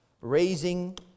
raising